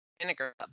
vinegar